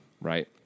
right